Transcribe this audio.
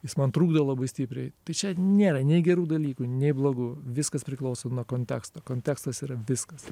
jis man trukdo labai stipriai tai čia nėra nei gerų dalykų nei blogų viskas priklauso nuo konteksto kontekstas yra viskas